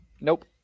Nope